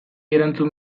erantzun